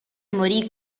morì